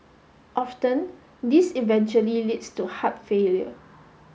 often this eventually leads to heart failure